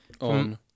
on